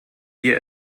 wir